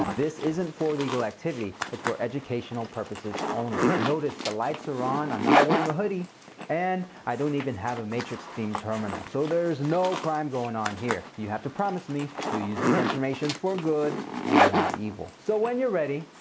this isn't for illegal activity, it's for educational purposes only. notice, the lights are on, i'm not wearing a hoodie and i don't even have a matrix-themed terminal. so there's no crime goin' on here. you have to promise me you'll use this information for good and not evil. so when you're ready,